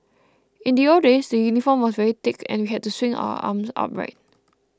in the old days the uniform was very thick and we had to swing our arms upright